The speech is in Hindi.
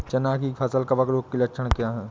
चना की फसल कवक रोग के लक्षण क्या है?